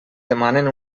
demanen